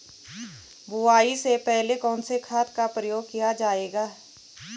बुआई से पहले कौन से खाद का प्रयोग किया जायेगा?